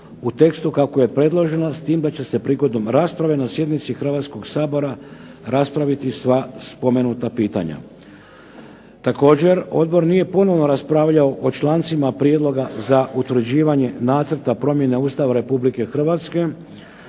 u tekstu kako je predloženo, s tim da će se prigodom rasprave na sjednici Hrvatskoga sabora raspraviti sva spomenuta pitanja. Također odbor nije ponovno raspravljao o člancima Prijedloga za utvrđivanje nacrta promjene Ustava Republike Hrvatske